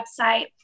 website